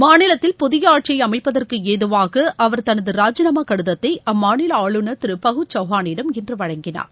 மாநிலத்தில் புதிய ஆட்சியை அமைப்பதற்கு ஏதுவாக அவர் தனது ராஜினாமா கடிதத்தை அம்மாநில ஆளுநர் திரு பகு சௌகானிடம் இன்று வழங்கினார்